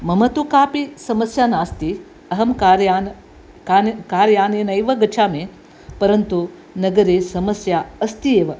मम तु कापि समस्या नास्ति अहं कार्यान् कार्यानेनैव गच्छामि परन्तु नगरे समस्या अस्ति एव